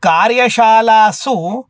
कार्यशालासु